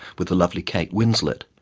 with the lovely kate winslet,